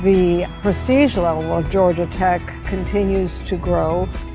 the precision level of georgia tech continues to grow.